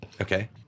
Okay